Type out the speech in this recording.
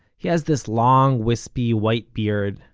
he has this long wispy white beard,